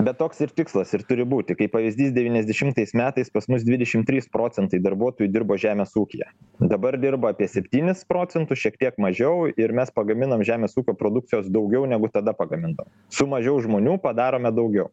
bet toks ir tikslas ir turi būti kaip pavyzdys devyniasdešimtais metais pas mus dvidešim trys procentai darbuotojų dirbo žemės ūkyje dabar dirba apie septynis procentus šiek tiek mažiau ir mes pagaminam žemės ūkio produkcijos daugiau negu tada pagamindavo su mažiau žmonių padarome daugiau